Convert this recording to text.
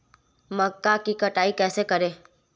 मक्का की कटाई कैसे करें?